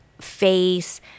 face